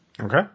Okay